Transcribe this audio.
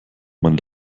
man